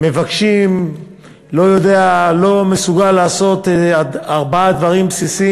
התשע"ג 2013, של חבר הכנסת חיים כץ, קריאה ראשונה.